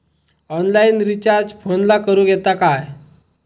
Online recharge फोनला करूक येता काय?